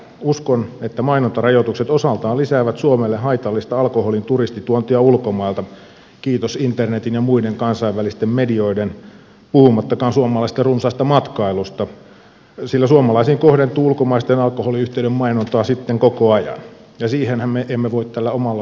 uskon että mainontarajoitukset osaltaan lisäävät suomelle haitallista alkoholin turistituontia ulkomailta kiitos internetin ja muiden kansainvälisten medioiden puhumattakaan suomalaisten runsaasta matkailusta sillä suomalaisiin kohdentuu ulkomaisten alkoholiyhtiöiden mainontaa sitten koko ajan ja siihenhän me emme voi tällä omalla lainsäädännöllämme vaikuttaa